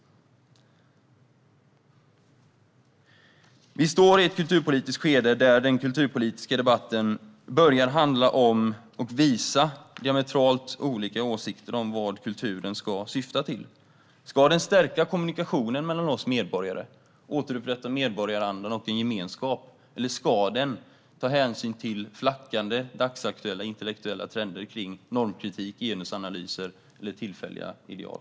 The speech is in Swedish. Vi står i ett kulturpolitiskt skede där den kulturpolitiska debatten börjar handla om och visa diametralt olika åsikter om vad kulturen ska syfta till. Ska den stärka kommunikationen mellan oss medborgare och återupprätta medborgarandan och en gemenskap, eller ska den ta hänsyn till flackande dagsaktuella intellektuella trender kring normkritik, genusanalyser eller tillfälliga ideal?